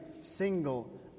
single